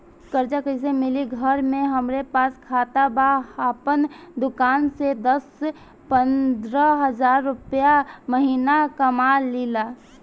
कर्जा कैसे मिली घर में हमरे पास खाता बा आपन दुकानसे दस पंद्रह हज़ार रुपया महीना कमा लीला?